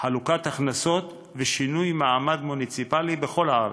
חלוקת הכנסות ושינוי מעמד מוניציפלי בכל הארץ.